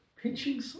Pitching